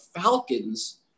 Falcons